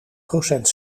procent